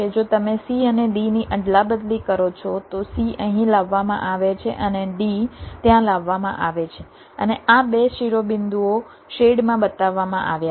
જો તમે c અને d ની અદલાબદલી કરો છો તો c અહીં લાવવામાં આવે છે અને d ત્યાં લાવવામાં આવે છે અને આ 2 શિરોબિંદુઓ શેડ માં બતાવવામાં આવ્યાં છે